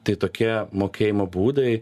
tai tokie mokėjimo būdai